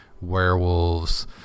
Werewolves